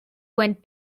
went